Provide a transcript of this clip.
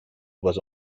was